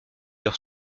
leur